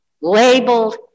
labeled